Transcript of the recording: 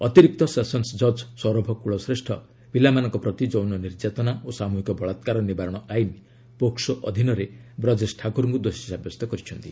ଅତିରିକ୍ତ ସେସନ୍ସ ଜଜ୍ ସୌରଭ କୁଳ ଶ୍ରେଷ୍ଠ ପିଲାମାନଙ୍କ ପ୍ରତି ଯୌନ ନିର୍ଯାତନା ଓ ସାମୁହିକ ବଳାକାର ନିବାରଣ ଆଇନ୍ ପୋକ୍କୋ ଅଧୀନରେ ବ୍ରଜେଶ ଠାକୁରଙ୍କୁ ଦୋଷୀ ସାବ୍ୟସ୍ତ କରିଛନ୍ତି